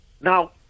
Now